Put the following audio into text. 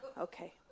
Okay